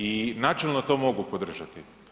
I načelno to mogu podržati.